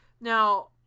Now